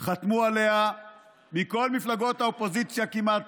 על ההצעה הזאת חתמו עליה מכל מפלגות האופוזיציה כמעט,